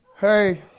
Hey